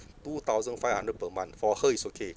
two thousand five hundred per month for her is okay